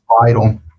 vital